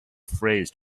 phrase